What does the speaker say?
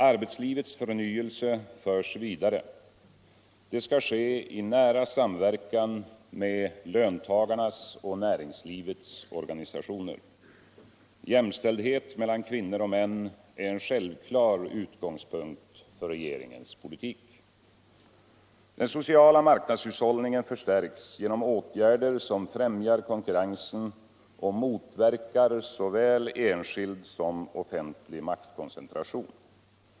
Arbetslivets förnyelse förs vidare. Det skall ske i nära samverkan med löntagarnas och näringslivets organisationer. Jämställdhet mellan kvinnor och män är en självklar utgångspunkt för regeringens politik. Den sociala marknadshushållningen förstärks genom åtgärder som främjar konkurrensen och motverkar såväl enskild som offentlig maktkoncentration.